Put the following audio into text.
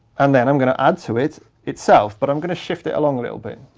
and then i'm gonna add to it itself, but i'm gonna shift it along a little bit